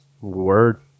Word